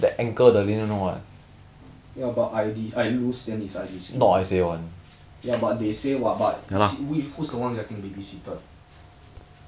no the one is because he focus pushing what but I still I still have to hold the guy down [what] you guys like eh can just keep just keep the off laner inside the lane or not